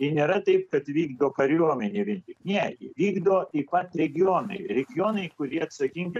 i nėra taip kad vykdo kariuomenė vien tik ne vykdo taip pat regionai regionai kurie atsakingi